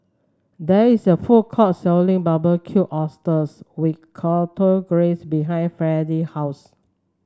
there is a food court selling Barbecued Oysters with Chipotle Glaze behind Freddie house